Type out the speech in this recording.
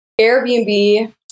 Airbnb